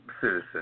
citizen